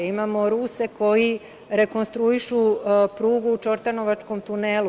Imamo Ruse koji rekonstruišu prugu u čortanovačkom tunelu.